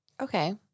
Okay